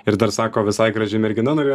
ir dar sako visai graži mergina norėjo